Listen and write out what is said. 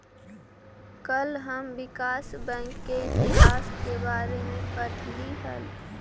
कल हम विकास बैंक के इतिहास के बारे में पढ़लियई हल